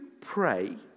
pray